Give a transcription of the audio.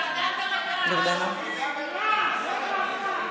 ועדת העבודה, ועדת העבודה.